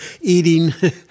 eating